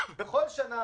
בכל שנה